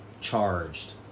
charged